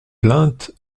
plaintes